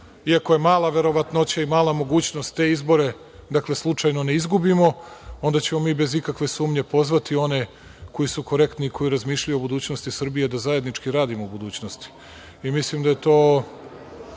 iako je mala verovatnoća i mala mogućnost, te izbore slučajno ne izgubimo, onda ćemo mi bez ikakve sumnje pozvati one koji su korektni i koji razmišljaju o budućnosti Srbije da zajednički radimo u budućnosti.